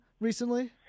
recently